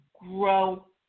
grow